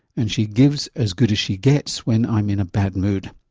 and she gives as good as she gets when i'm in a bad mood.